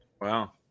wow